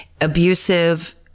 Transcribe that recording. Abusive